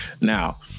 Now